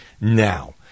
Now